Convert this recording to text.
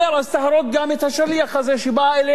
אז תהרוג גם את השליח הזה שבא אליך.